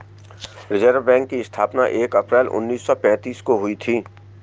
reserve bank की स्थापना एक अप्रैल उन्नीस सौ पेंतीस को हुई थी